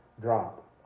drop